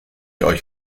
euch